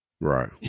Right